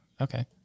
Okay